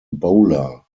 bowler